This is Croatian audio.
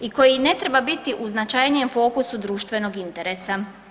I koji ne treba biti u značajnijem fokusu društvenog interesa.